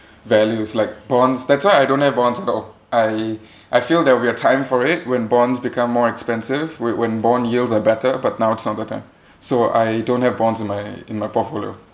values like bonds that's why I don't have bonds at all I I feel that we've time for it when bonds become more expensive wh~ when bond yields are better but now it's not the time so I don't have bonds in my in my portfolio